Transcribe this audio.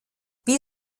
wie